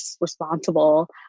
responsible